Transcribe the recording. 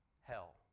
hell